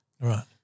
Right